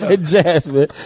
Jasmine